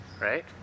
Right